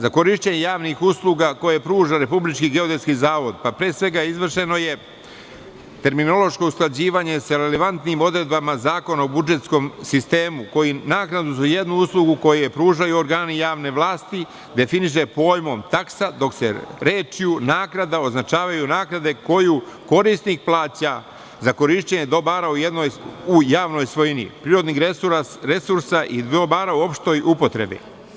Za korišćenje javnih usluga koje pruža Republički geodetski zavod, pre svega izvršeno je terminološko usklađivanje sa relevantnim odredbama Zakona o budžetskom sistemu, koji naknadu za jednu uslugu koju pružaju organi javne vlasti, definiše pojmom taksa, dok se rečju "naknada" označavaju naknade koju korisnik plaća za korišćenje dobara u javnoj svojini, prirodnih resursa i dobara u opštoj upotrebi.